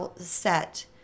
set